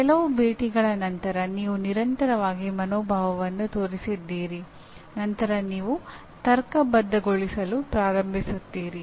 ಕೆಲವು ಭೇಟಿಗಳ ನಂತರ ನೀವು ನಿರಂತರವಾಗಿ ಮನೋಭಾವವನ್ನು ತೋರಿಸಿದ್ದೀರಿ ನಂತರ ನೀವು ತರ್ಕಬದ್ಧಗೊಳಿಸಲು ಪ್ರಾರಂಭಿಸುತ್ತೀರಿ